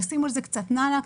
ישימו על זה קצת נענע,